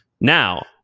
Now